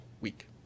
week